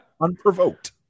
Unprovoked